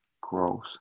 Gross